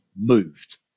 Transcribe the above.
moved